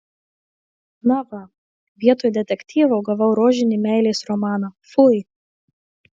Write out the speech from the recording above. na va vietoj detektyvo gavau rožinį meilės romaną fui